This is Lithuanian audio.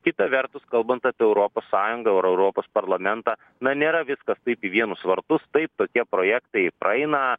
kita vertus kalbant apie europos sąjunga ar europos parlamentą na nėra viskas taip į vienus vartus taip tokie projektai praeina